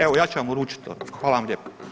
Evo ja ću vam uručiti, hvala vam lijepo.